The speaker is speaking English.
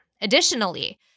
Additionally